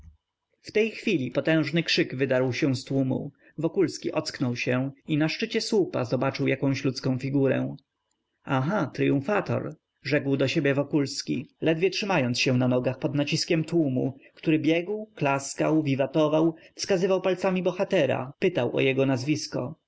w tej chwili potężny krzyk wydarł się z tłumu wokulski ocknął się i na szczycie słupa zobaczył jakąś ludzką figurę aha tryumfator rzekł do siebie wokulski ledwie trzymając się na nogach pod naciskiem tłumu który biegł klaskał wiwatował wskazywał palcami bohatera pytał o jego nazwisko